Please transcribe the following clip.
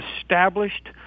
established